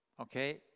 okay